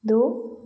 दो